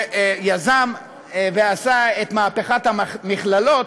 שיזם ועשה את מהפכת המכללות,